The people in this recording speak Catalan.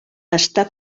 està